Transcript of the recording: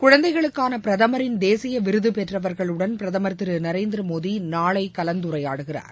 குழந்தைகளுக்கானபிரதமரின் தேசியவிருதுபெற்றவர்களுடன் பிரதமர் திருநரேந்திரமோடிநாளைகலந்துரையாடுகிறார்